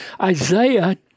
Isaiah